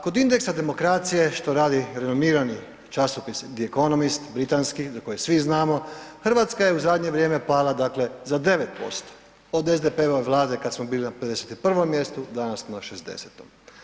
Kod indeksa demokracije, što radi renomirani časopis The Economist, britanski, za koji svi znamo, Hrvatska je u zadnje vrijeme pala, dakle, za 9%, od SDP-ove Vlade kad smo bili na 51. mjestu, danas na 60.